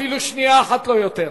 אפילו שנייה אחת לא יותר.